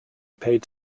paid